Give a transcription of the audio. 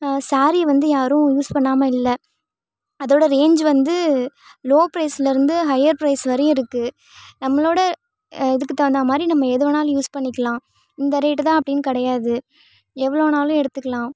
ஸாரியை வந்து யாரும் யூஸ் பண்ணாமல் இல்லை அதோடய ரேஞ்ச் வந்து லோ ப்ரைஸில் இருந்து ஹையர் ப்ரைஸ் வரையும் இருக்குது நம்மளோடய இதுக்கு தகுந்த மாதிரி நம்ம எது வேணாலும் யூஸ் பண்ணிக்கிலாம் இந்த ரேட்டு தான் அப்படின்னு கிடையாது எவ்வளோனாலும் எடுத்துக்கலாம்